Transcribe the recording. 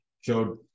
showed